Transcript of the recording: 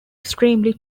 extremely